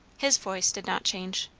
his voice did not change.